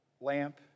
lamp